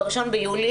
ב-1 ביולי,